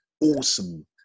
awesome